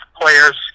players